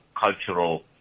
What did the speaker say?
cultural